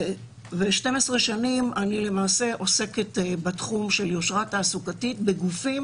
ו-12 שנים אני למעשה עוסקת בתחום של יושרה תעסוקתית בגופים